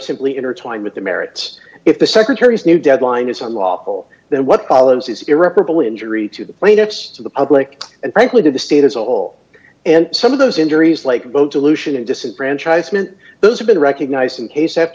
simply intertwined with the merits if the secretary's new deadline is unlawful then what follows is irreparable injury to the plaintiffs to the public and frankly to the state as a whole and some of those injuries like both dilution and disenfranchisement those have been recognized in case after